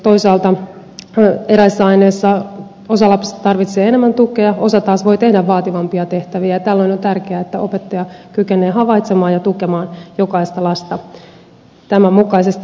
toisaalta eräissä aineissa osa lapsista tarvitsee enemmän tukea osa taas voi tehdä vaativampia tehtäviä ja tällöin on tärkeää että opettaja kykenee havaitsemaan ja tukemaan jokaista lasta tämän mukaisesti